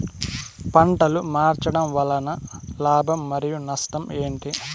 పంటలు మార్చడం వలన లాభం మరియు నష్టం ఏంటి